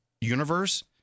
universe—